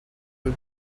you